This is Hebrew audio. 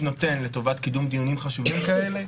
נותן לטובת קידום דיונים חשובים כאלה,